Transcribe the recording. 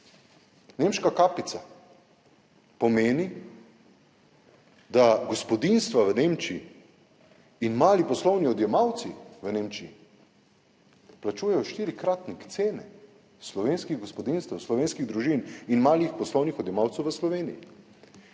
Nemška kapica pomeni, da gospodinjstva in mali poslovni odjemalci v Nemčiji plačujejo štirikratnik cene slovenskih gospodinjstev, slovenskih družin in malih poslovnih odjemalcev v Sloveniji,